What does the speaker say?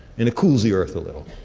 and it cools the earth a little.